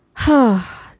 huh?